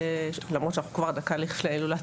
למרות שטכנית אנחנו כבר דקה לפני ההילולה,